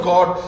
God